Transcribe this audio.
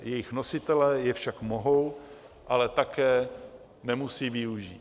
Jejich nositelé je však mohou, ale také nemusí využít.